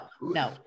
no